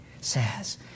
says